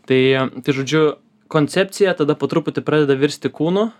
tai žodžiu koncepcija tada po truputį pradeda virsti kūnu